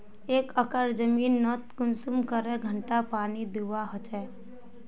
एक एकर जमीन नोत कुंसम करे घंटा पानी दुबा होचए?